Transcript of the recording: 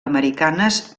americanes